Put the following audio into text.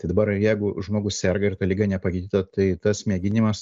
tai dabar jeigu žmogus serga ir ta liga nepagydyta tai tas mėginimas